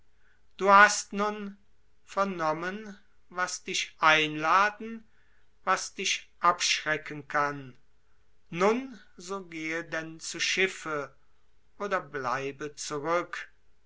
du hast nun vernommen was dich einladen was dich abschrecken kann nun so gehe denn zu schiffe oder bleibe zurück